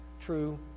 true